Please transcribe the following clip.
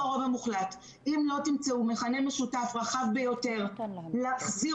אם לא תמצאו מכנה משותף רחב ביותר להחזיר